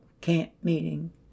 camp-meeting